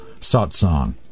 satsang